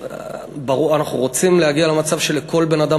אנחנו רוצים להגיע למצב שלכל בן-אדם